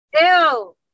Ew